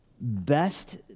best